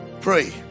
Pray